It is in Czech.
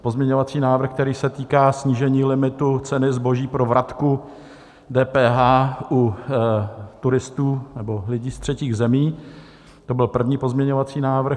Pozměňovací návrh, který se týká snížení limitu ceny zboží pro vratku DPH u turistů nebo lidí z třetích zemí, to byl první pozměňovací návrh.